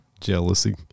Jealousy